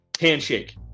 Handshake